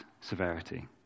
severity